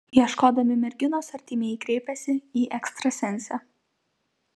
ieškodami merginos artimieji kreipėsi į ekstrasensę